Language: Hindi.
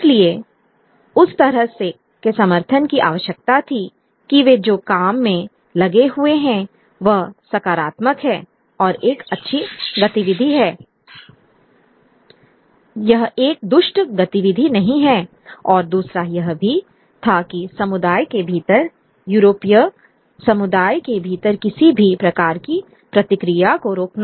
इसलिए उस तरह के समर्थन की आवश्यकता थी कि वे जो काम में लगे हुए हैं वह सकारात्मक है और एक अच्छी गतिविधि है यह एक दुष्ट गतिविधि नहीं है और दूसरा यह भी था कि समुदाय के भीतर यूरोपीय समुदाय के भीतर किसी भी प्रकार की प्रतिक्रिया को रोकना